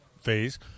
phase